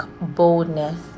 boldness